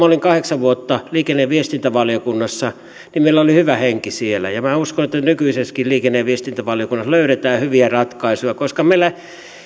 olin kahdeksan vuotta liikenne ja viestintävaliokunnassa oli hyvä henki siellä ja minä uskon että nykyisessäkin liikenne ja viestintävaliokunnassa löydetään hyviä ratkaisuja koska meillä